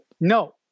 no